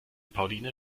pauline